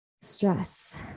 stress